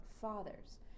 fathers